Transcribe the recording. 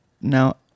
Now